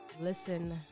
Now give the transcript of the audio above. listen